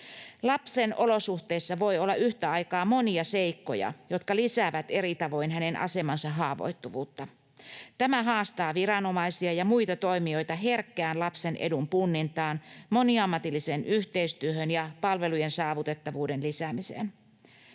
Lapsen olosuhteissa voi olla yhtä aikaa monia seikkoja, jotka lisäävät eri tavoin hänen asemansa haavoittuvuutta. Tämä haastaa viranomaisia ja muita toimijoita herkkään lapsen edun punnintaan, moniammatilliseen yhteistyöhön ja palvelujen saavutettavuuden lisäämiseen.